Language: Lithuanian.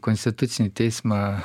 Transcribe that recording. konstitucinį teismą